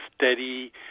steady